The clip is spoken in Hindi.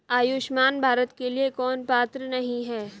आयुष्मान भारत के लिए कौन पात्र नहीं है?